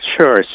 Sure